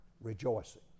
rejoicing